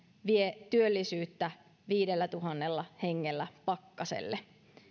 vie työllisyyttä viidellätuhannella hengellä pakkaselle